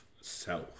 self